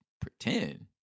Pretend